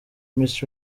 miss